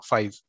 Five